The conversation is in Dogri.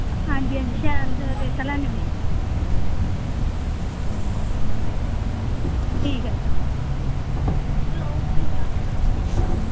हां जी हां जी शैल रेता लेआनेंओ ठीक ऐ त्रिया बी कराना हा भला